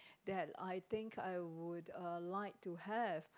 that I think I would uh like to have